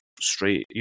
straight